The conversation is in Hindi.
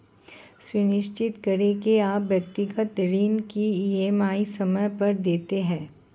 सुनिश्चित करें की आप व्यक्तिगत ऋण की ई.एम.आई समय पर देते हैं